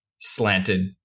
slanted